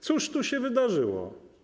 Cóż tu się wydarzyło?